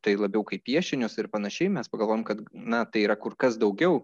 tai labiau kaip piešinius ir panašiai mes pagalvojom kad na tai yra kur kas daugiau